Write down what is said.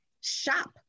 shop